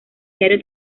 diario